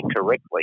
correctly